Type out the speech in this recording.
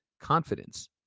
confidence